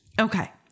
Okay